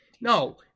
no